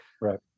Right